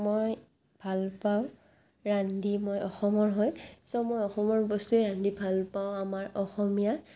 মই ভাল পাওঁ ৰান্ধি মই অসমৰ হয় ছ' মই অসমৰ বস্তুৱে ৰান্ধি ভাল পাওঁ আমাৰ অসমীয়াৰ